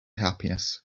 happiness